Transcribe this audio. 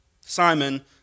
Simon